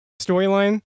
storyline